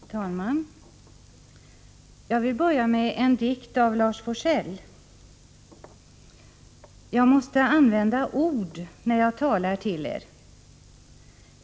Herr talman! Jag vill börja med en dikt av Lars Forsell: ”Jag måste använda ord när jag talar till er!